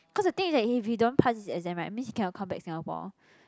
because the thing is if he don't pass his exam right means he cannot come back Singapore